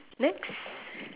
next